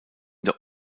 der